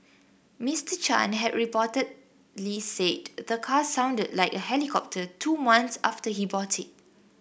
Mister Chan had reportedly said the car sounded like a helicopter two month after he bought it